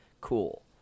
Cool